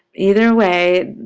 either way,